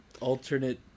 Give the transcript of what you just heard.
alternate